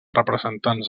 representants